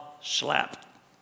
slap